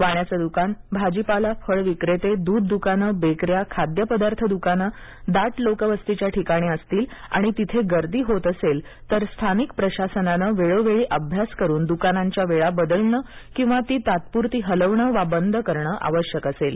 वाण्याचं द्कान भाजीपाला फळविक्रेते दूधद्कानं बेकऱ्या खाद्यपदार्थ द्कानं दाट लोकवस्तीच्या ठिकाणी असतील आणि तिथे गर्दी होत असेल तर स्थानिक प्रशासनाने वेळोवेळी अभ्यास करून दुकानांच्या वेळा बदलण किंवा ती तात्पुरती हलवणं वा बंद करणं आवश्यक राहील